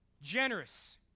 Generous